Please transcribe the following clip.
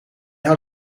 had